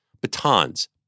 batons